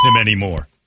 anymore